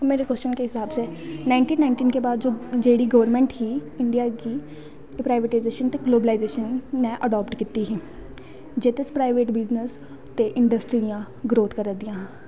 मेरे कव्शन के हिसाब से नाईनटीन नाईनटी बाद बाद जब जेह्ड़ी गौरमैंट ही इंडियां दी प्राईवेटाईयेशन ते ग्लोबलायेशन अड़ाप्ट कीती ही जे तुस प्राईवेट बिजनस ते इंडस्ट्रियां ग्रोथ करा दियां हां